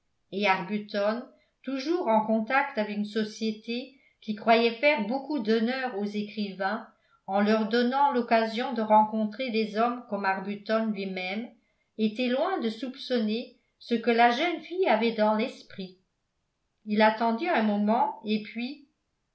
et arbuton toujours en contact avec une société qui croyait faire beaucoup d'honneur aux écrivains en leur donnant l'occasion de rencontrer des hommes comme arbuton lui-même était loin de soupçonner ce que la jeune fille avait dans l'esprit il attendit un moment et puis